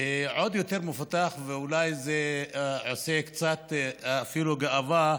עוד יותר מפותח, ואולי זה עושה אפילו גאווה קצת,